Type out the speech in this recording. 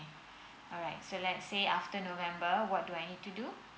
alright so let's say after november what do I need to do